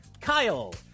Kyle